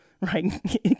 right